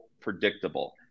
predictable